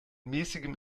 mäßigem